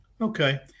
Okay